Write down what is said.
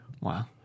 Wow